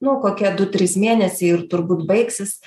nu kokie du trys mėnesiai ir turbūt baigsis